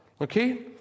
Okay